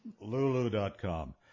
lulu.com